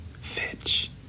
Fitch